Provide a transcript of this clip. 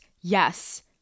Yes